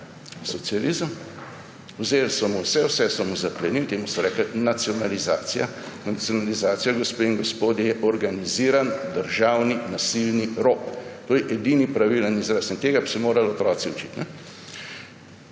Socializem. Vzeli so mu vse, vse so mu zaplenili, temu so rekli nacionalizacija. Nacionalizacija, gospe in gospodje, je organiziran državni nasilni rop. To je edini pravilni izraz in tega bi se morali otroci učiti.